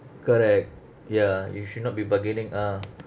correct ya you should not be bargaining ah